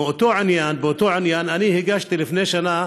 באותו עניין, אני הגשתי לפני שנה